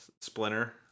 Splinter